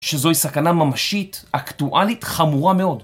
שזוהי סכנה ממשית, אקטואלית, חמורה מאוד.